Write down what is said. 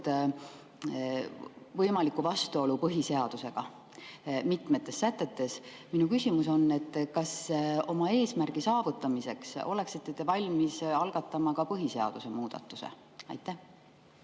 võimaliku vastuolu põhiseadusega mitme sätte puhul. Minu küsimus on: kas te oma eesmärgi saavutamiseks oleksite valmis algatama ka põhiseaduse muutmise? Aitäh!